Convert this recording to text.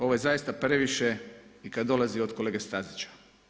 Ovo je zaista previše i kada dolazi od kolege Stazića.